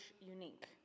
Unique